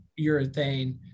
urethane